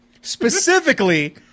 specifically